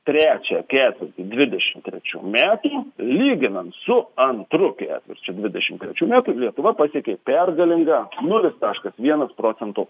trečią ketvirtį dvidešim trečių metų lyginant su antru ketvirčiu dvidešim trečių metų lietuva pasiekė pergalingą nulis taškas vienas procento